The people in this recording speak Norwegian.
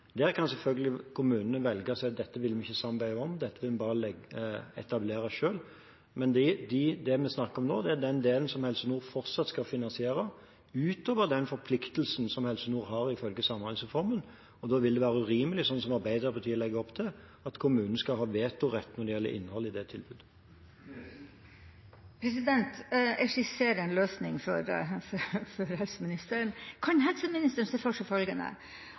Der kan selvfølgelig kommunene velge å si: Dette vil vi ikke samarbeide om, dette vil vi bare etablere selv. Men det vi snakker om nå, er den delen som Helse Nord fortsatt skal finansiere utover den forpliktelsen som Helse Nord har ifølge Samhandlingsreformen. Da vil det være urimelig, sånn som Arbeiderpartiet legger opp til, at kommunen skal ha vetorett når det gjelder innholdet i tilbudet. Jeg skisserer en løsning for helseministeren. Kan helseministeren se for seg følgende: